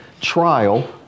trial